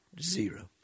Zero